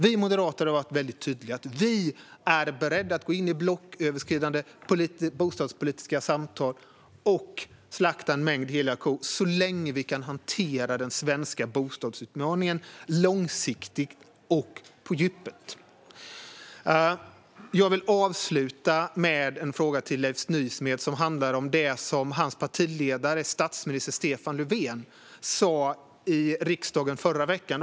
Vi moderater har varit väldigt tydliga med att vi är beredda att gå in i blocköverskridande bostadspolitiska samtal och slakta en mängd heliga kor så länge vi kan hantera den svenska bostadsutmaningen långsiktigt och på djupet. Jag vill avsluta med en fråga till Leif Nysmed som handlar om det som hans partiledare, statsminister Stefan Löfven, sa i riksdagen i förra veckan.